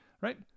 right